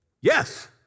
Yes